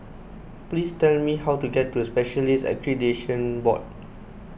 please tell me how to get to Specialists Accreditation Board